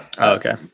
Okay